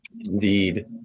Indeed